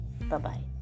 Bye-bye